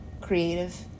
creative